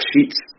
sheets